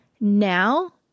Now